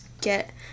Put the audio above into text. get